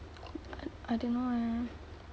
I don't know eh